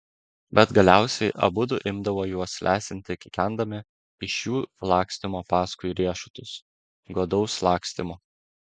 bet galiausiai abudu imdavo juos lesinti kikendami iš jų lakstymo paskui riešutus godaus lakstymo